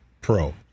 pro